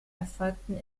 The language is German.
erfolgten